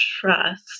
trust